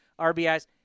RBIs